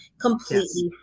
completely